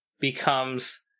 becomes